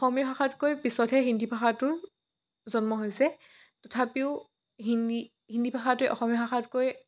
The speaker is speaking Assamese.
অসমীয়া ভাষাতকৈ পিছতেহে হিন্দী ভাষাটো জন্ম হৈছে তথাপিও হিন্দী হিন্দী ভাষাটোৱে অসমীয়া ভাষাতকৈ